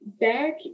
back